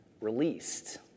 released